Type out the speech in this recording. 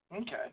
Okay